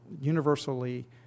universally